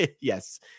Yes